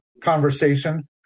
conversation